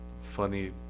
funny